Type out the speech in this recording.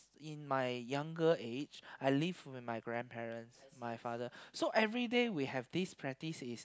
in my younger age I live with grandparents my father so everyday we have this practice is